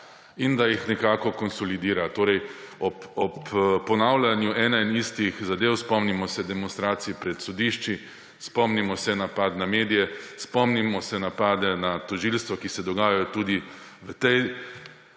in da jih nekako konsolidira ob ponavljanju enih in istih zadev, spomnimo se demonstracij pred sodišči, spomnimo se napadov na medije, spomnimo se napadov na tožilstvo, ki se dogajajo tudi v tej